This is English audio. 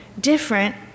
different